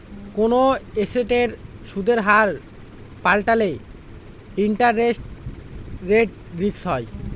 কোনো এসেটের সুদের হার পাল্টালে ইন্টারেস্ট রেট রিস্ক হয়